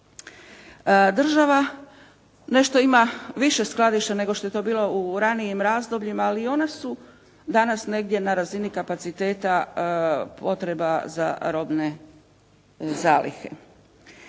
Država nešto ima više skladišta nego što je to bilo u ranijim razdobljima, ali i ona su danas negdje na razini kapaciteta potreba za robne zalihe.